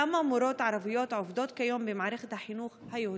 4. כמה מורות ערביות עובדות כיום במערכת החינוך היהודית?